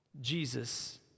Jesus